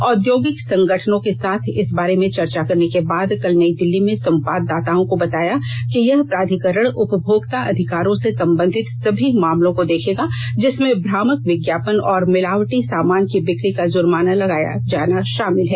औधौगिक संगठनों के साथ इस बारे में चर्चा करने के बाद कल नई दिल्ली में संवाददाताओं को बताया कि यह प्राधिकरण उपभोक्ता अधिकारों से संबंधित सभी मामलों को देखेगा जिसमें भ्रामक विज्ञापन और मिलावटी सामान की बिक्री पर जुर्माना लगाना षामिल है